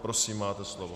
Prosím, máte slovo.